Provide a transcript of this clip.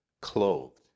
clothed